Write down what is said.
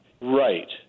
Right